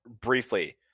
briefly